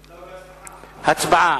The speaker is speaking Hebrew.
הצבעה.